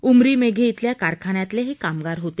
उमरी मेघे श्रेल्या कारखान्यातले हे कामगार होते